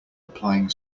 applying